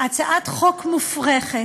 הצעת חוק מופרכת.